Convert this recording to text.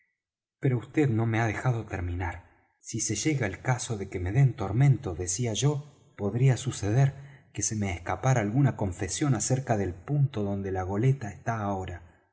pero vd no me ha dejado terminar si se llega el caso de que me den tormento decía yo podría suceder que se me escapara alguna confesión acerca del punto donde la goleta está ahora